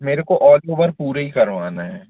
मेरे को all over पूरे ही करवाना है